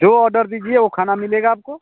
जो ऑर्डर दीजिए वो खाना मिलेगा आपको